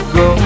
go